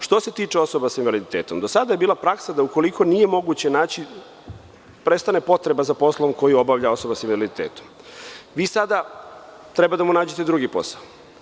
Što se tiče osoba sa invaliditetom, do sada je bila praksa da ukoliko prestane potreba za poslom koji obavlja osoba sa invaliditetom, vi sada treba da mu nađete drugi posao.